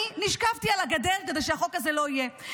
אני נשכבתי על הגדר כדי שהחוק הזה לא יהיה.